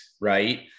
right